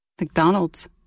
McDonald's